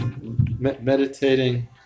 meditating